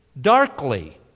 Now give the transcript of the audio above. darkly